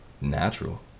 natural